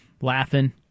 laughing